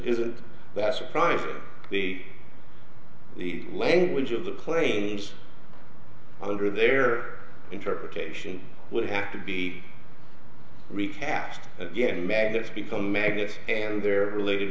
isn't that surprising the language of the planes under their interpretation would have to be recast again magnets become magnets and they're related